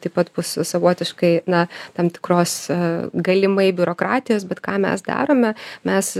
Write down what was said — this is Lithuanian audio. taip pat bus savotiškai na tam tikros galimai biurokratijos bet ką mes darome mes